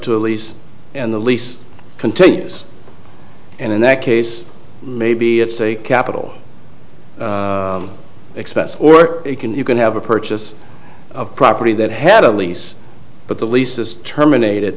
to a lease and the lease continues and in that case maybe it's a capital expense or it can you can have a purchase of property that had a lease but the lease is terminated